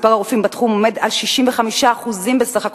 מספר הרופאים בתחום עומד על 65% מהנדרש.